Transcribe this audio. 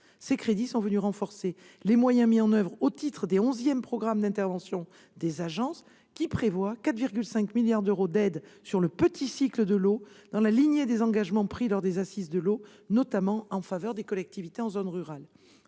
Ces crédits sont venus renforcer les moyens mis en oeuvre au titre des onzièmes programmes d'intervention des agences, qui prévoient 4,5 milliards d'euros d'aides sur le petit cycle de l'eau, dans la lignée des engagements pris lors des Assises de l'eau, notamment en faveur des collectivités en zone rurale.